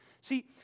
See